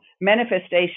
manifestation